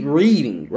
reading